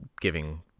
giving